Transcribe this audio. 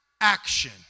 action